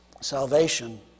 salvation